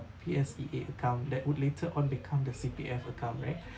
P_S_E_A account that would later on become the C_P_F account right